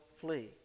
flee